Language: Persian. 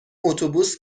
اتوبوس